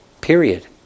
Period